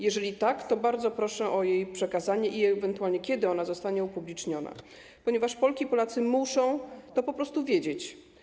Jeżeli tak, to bardzo proszę o jej przekazanie i zdradzenie, kiedy ewentualnie zostanie ona upubliczniona, ponieważ Polki i Polacy muszą to po prostu wiedzieć.